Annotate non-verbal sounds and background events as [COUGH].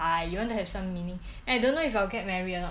[LAUGHS] 我还讲这 err 会不会被 foreigner [LAUGHS]